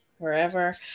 Wherever